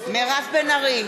מירב בן ארי,